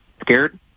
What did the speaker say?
scared